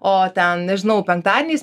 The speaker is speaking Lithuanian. o ten nežinau penktadieniais